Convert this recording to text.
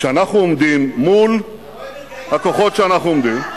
כשאנחנו עומדים מול הכוחות שאנחנו עומדים,